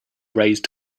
raised